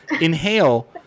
inhale